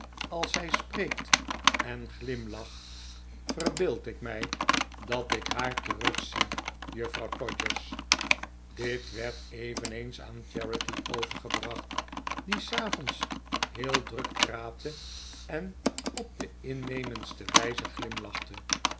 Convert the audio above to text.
als zij spreekt en glimlacht verbeeld ik mij dat ik haar terugzie juffrouw todgers dit werd eveneens aan charity overgebracht die s avonds heel druk praatte en op de innemendste wijze glimlachte